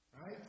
Right